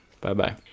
Bye-bye